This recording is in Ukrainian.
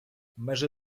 межи